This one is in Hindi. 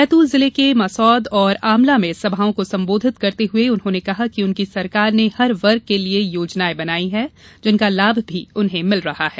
बैतूल जिले के मासौद और आमला में सभाओं को संबोधित करते हुए उन्होंने कहा कि उनकी सरकार ने हर वर्ग के लिए योजनायें बनाई हैं जिनका लाभ भी उन्हे मिल रहा है